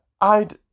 I'd